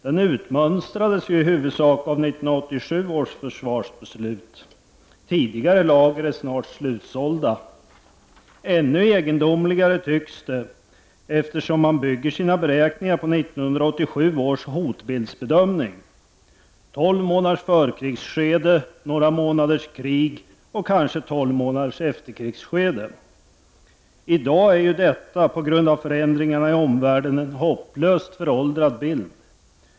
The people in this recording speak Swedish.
Den utmönstrades i huvudsak av 1987 års försvarsbeslut. Tidigare lager är snart slutsålda. Ännu egendomligare är det att man bygger sina bedömningar på 1987 års hotbildsbedömning — tolv månaders förkrigsskede, några månaders krig och kanske tolv månaders efterkrigsskede. I dag är detta på grund av förändringarna i omvärlden en hopplöst föråldrad bild.